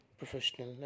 professional